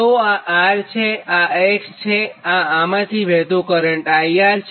તો આ R છે આ X છે અને આ આમાંથી વહેતો કરંટ IR છે